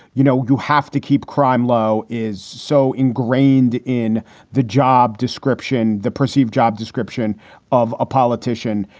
you know, you have to keep crime low is so ingrained in the job description. the perceived job description of a politician.